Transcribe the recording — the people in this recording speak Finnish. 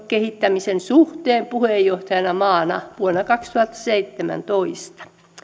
kehittämisen suhteen nordefcon puheenjohtajamaana vuonna kaksituhattaseitsemäntoista